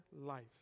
life